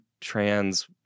trans